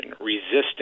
resisting